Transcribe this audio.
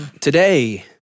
Today